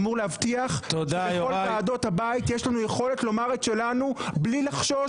אמור להבטיח שבכל ועדות הבית יש לנו יכולת לומר את שלנו בלי לחשוש,